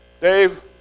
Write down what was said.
Dave